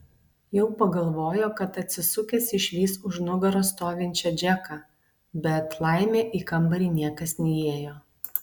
jau pagalvojo kad atsisukęs išvys už nugaros stovinčią džeką bet laimė į kambarį niekas neįėjo